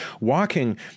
Walking